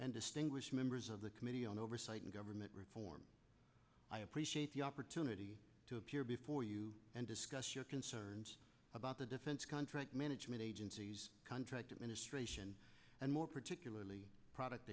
and distinguished members of the committee on oversight and government reform i appreciate the opportunity to appear before you and discuss your concerns about the defense contract management agency contract administration and more particularly product